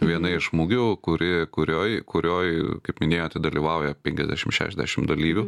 viena iš mugių kuri kurioj kurioj kaip minėjote dalyvauja penkiasdešim šešiasdešim dalyvių